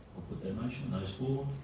that motion. those for?